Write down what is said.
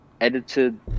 Edited